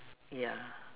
ya